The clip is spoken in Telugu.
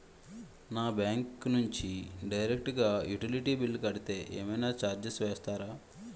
నా బ్యాంక్ నుంచి డైరెక్ట్ గా యుటిలిటీ బిల్ కడితే ఏమైనా చార్జెస్ వేస్తారా?